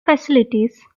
facilities